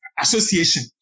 Association